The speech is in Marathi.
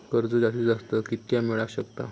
कर्ज जास्तीत जास्त कितक्या मेळाक शकता?